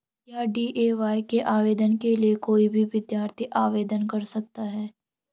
क्या डी.ए.वाय के आवेदन के लिए कोई भी विद्यार्थी आवेदन कर सकता है?